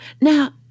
Now